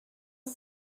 ist